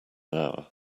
hour